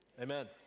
Amen